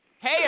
Hey